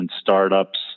startups